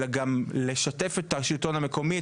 אלא גם לשתף את השלטון המקומי,